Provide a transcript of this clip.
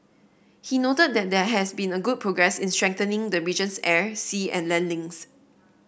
he noted that there has been a good progress in strengthening the region's air sea and land links